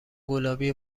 گلابی